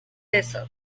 descent